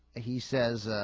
ah he says